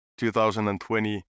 2020